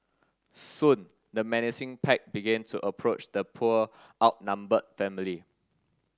soon the menacing pack began to approach the poor outnumbered family